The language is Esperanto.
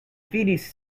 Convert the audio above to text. finis